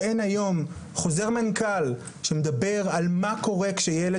שאין היום חוזר מנכ"ל שמדבר על מה קורה כשילד